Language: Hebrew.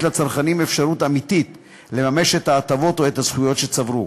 לצרכנים אפשרות אמיתית לממש את ההטבות או את הזכויות שצברו.